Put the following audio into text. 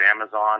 Amazon